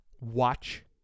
watch